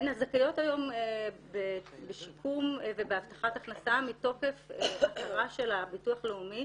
הן זכאיות היום בשיקום ובהבטחת הכנסה מתוקף ההכרה של הביטוח הלאומי